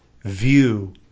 view